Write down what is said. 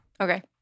Okay